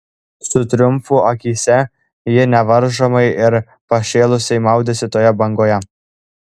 su triumfu akyse ji nevaržomai ir pašėlusiai maudėsi toje bangoje